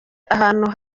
ahantu